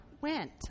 went